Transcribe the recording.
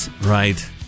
Right